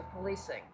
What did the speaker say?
policing